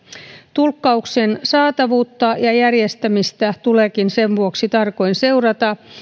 tulkkauksen saatavuutta ja järjestämistä tuleekin sen vuoksi tarkoin seurata